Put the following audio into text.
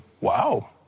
wow